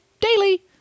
Daily